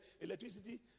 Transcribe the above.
electricity